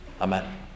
Amen